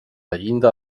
llinda